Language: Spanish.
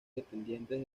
dependientes